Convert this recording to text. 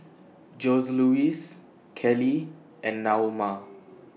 Joseluis Kelly and Naoma